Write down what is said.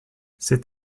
cet